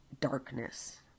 darkness